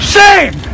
Shame